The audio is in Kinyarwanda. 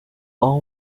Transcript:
aho